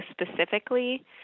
specifically